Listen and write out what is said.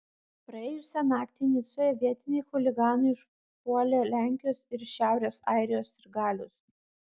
praėjusią naktį nicoje vietiniai chuliganai užpuolė lenkijos ir šiaurės airijos sirgalius